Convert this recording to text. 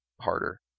harder